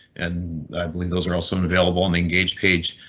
and i believe those are also available in the engage page,